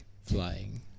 flying